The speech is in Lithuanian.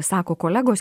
sako kolegos